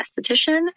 esthetician